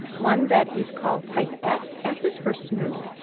one that is called type s. s is for smooth.